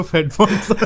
Headphones